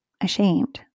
ashamed